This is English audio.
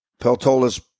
Peltola's